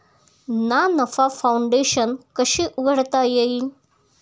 ना नफा फाउंडेशन कशी उघडता येईल?